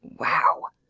wow!